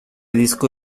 disco